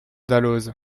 dalloz